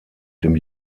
dem